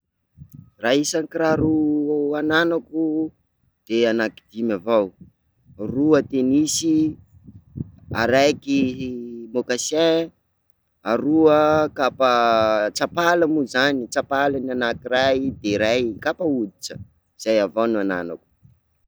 Raha isan'ny kiraro ananako de anakidimy avao, roa tennins, araiky moccassin, aroa kapa tsapala moa zany, tsapala ny anakiray de ny ray kapa hoditra, zay avao no ananako.